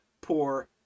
poor